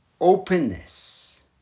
openness